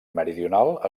meridional